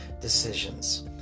decisions